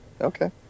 Okay